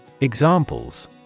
Examples